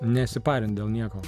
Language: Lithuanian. nesiparint dėl nieko